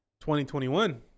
2021